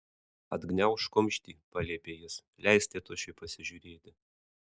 atgniaužk kumštį paliepė jis leisk tėtušiui pasižiūrėti